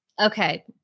okay